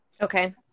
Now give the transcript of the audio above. okay